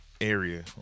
area